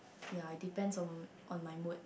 ya it depends on on my mood